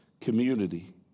community